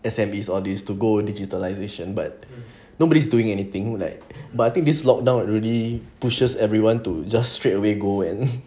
S_M_E all these to go digitalisation but nobody's doing anything like but I think this lockdown really pushes everyone to just straightaway go and